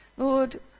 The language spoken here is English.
Lord